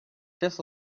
just